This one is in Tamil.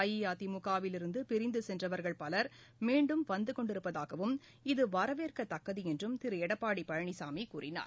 அஇஅதிமுகவிலிருந்துபிரிந்துசென்றவர்கள் பலர் மீண்டும் வந்துகொண்டிருப்பதாகவும் இத வரவேற்கத்தக்கதுஎன்றும் திருஎடப்பாடிபழனிசாமிகூறினார்